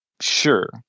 sure